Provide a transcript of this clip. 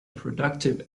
productive